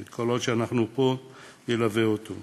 וכל עוד אנחנו פה, ילווה אותו.